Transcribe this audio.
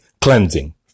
cleansing